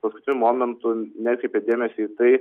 paskutiniu momentu nekreipia dėmesio į tai